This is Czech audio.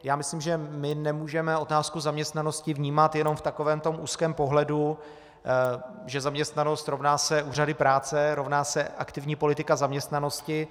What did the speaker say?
Já myslím, že nemůžeme otázku zaměstnanosti vnímat jenom v takovém úzkém pohledu, že zaměstnanost rovná se úřady práce, rovná se aktivní politika zaměstnanosti.